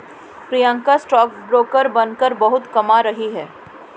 Priyanka stock broker बनकर बहुत कमा रही है